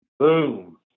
Boom